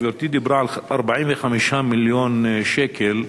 גברתי דיברה על 45 מיליון שקלים.